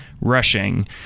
rushing